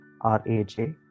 r-a-j